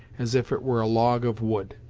as if it were a log of wood.